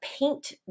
paint